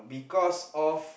because of